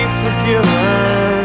forgiven